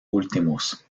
últimos